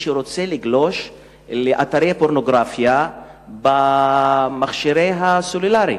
שרוצה לגלוש לאתרי פורנוגרפיה במכשירים הסלולריים.